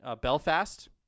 Belfast